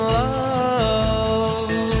love